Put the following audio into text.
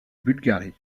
bulgarie